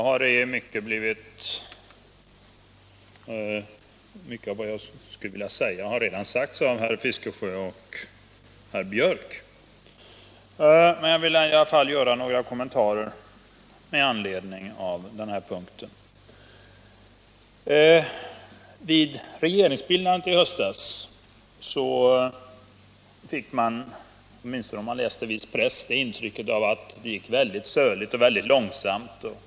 Herr talman! Mycket av vad jag skulle säga har redan sagts av herrar Fiskesjö och Björck i Nässjö. Men jag vill i alla fall göra några kommentarer på denna punkt. Vid regeringsbildandet i höstas fick man — åtminstone om man läste viss press — det intrycket att det gick väldigt söligt och långsamt.